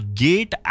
gate